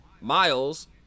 miles